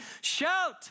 Shout